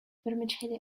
vermicelli